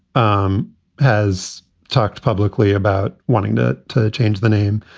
um has talked publicly about wanting to to change the name.